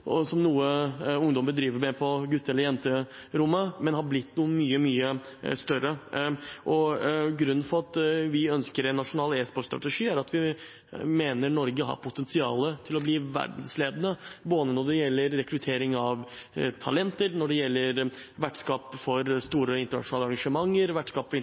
gutte- eller jenterommet, men det er blitt noe mye, mye større. Grunnen til at vi ønsker en nasjonal e-sportstrategi, er at vi mener Norge har potensial til å bli verdensledende både når det gjelder rekruttering av talenter, og når det gjelder å være vertskap for store internasjonale arrangementer,